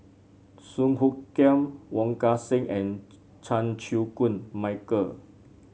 Song Hoot Kiam Wong Kan Seng and Chan Chew Koon Michael